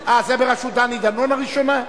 הראשונה?